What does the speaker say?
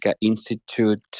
Institute